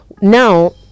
now